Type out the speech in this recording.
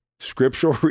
Scriptural